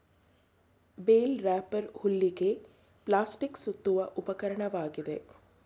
bale wrapper ಹುಲ್ಲಿಗೆ plastic ಸುತ್ತುವ ಉಪಕರಣವಾಗಿದೆ